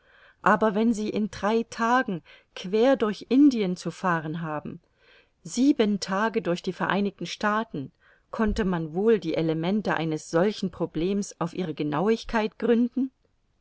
aber wenn sie in drei tagen quer durch indien zu fahren haben sieben tage durch die vereinigten staaten konnte man wohl die elemente eines solchen problems auf ihre genauigkeit gründen